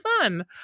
fun